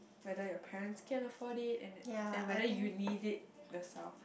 whether your parents can afford it and and whether you need it yourself